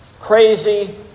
crazy